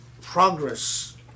progress